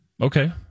Okay